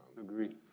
Agreed